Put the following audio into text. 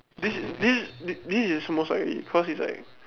this this this is most likely cause it's like